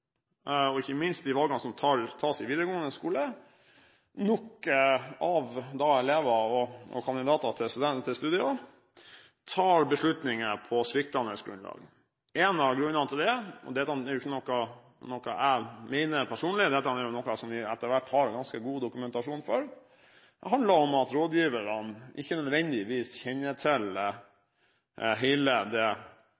og ikke minst de valgene som tas i videregående skole av elever og kandidater til studier, nok er beslutninger på sviktende grunnlag. En av grunnene til det – og dette er ikke noe jeg mener personlig, dette er noe som vi etter hvert har ganske god dokumentasjon på – handler om at rådgiverne ikke nødvendigvis kjenner til